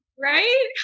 right